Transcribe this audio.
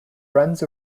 friends